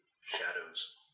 Shadows